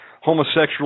homosexual